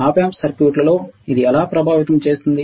Op amp సర్క్యూట్లో ఇది ఎలా ప్రభావితం చేస్తుంది